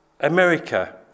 America